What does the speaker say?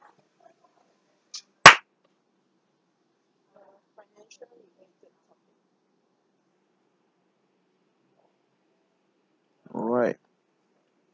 alright